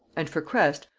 and for crest,